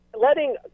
letting